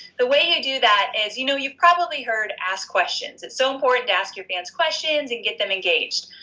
the way you do that is you know you probably heard ask question. it's so important to ask your fan's question and get them engage.